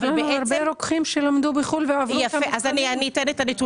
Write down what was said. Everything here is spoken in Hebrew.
יש גם הרבה רוקחים שלמדו בחו"ל ועברו את המבחנים.